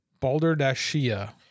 Balderdashia